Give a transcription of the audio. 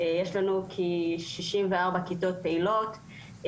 יש לנו כ-64 כיתות פעילות.